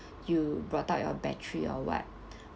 you brought out your battery or what